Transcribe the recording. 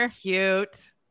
cute